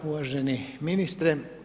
Uvaženi ministre.